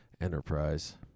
enterprise